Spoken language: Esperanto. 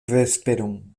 vesperon